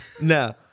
no